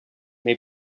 may